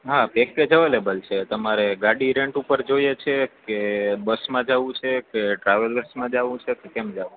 હા package available છે તમારે ગાડી રેન્ટ ઉપર જોઈએ છે કે બસમાં જવું છે કે ટ્રાવેલ્સમાં જવું છે કે કેમ જવું છે